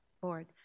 board